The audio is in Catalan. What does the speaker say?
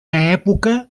època